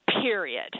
period